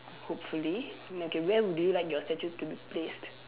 hopefully okay where would you like your statue to be placed